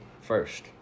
first